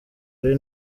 ari